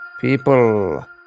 people